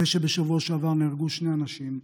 אחרי שבשבוע שעבר נהרגו שני אנשים,